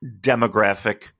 demographic